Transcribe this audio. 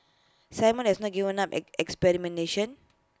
simon has not given up on experimentation